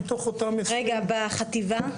בחטיבה?